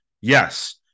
Yes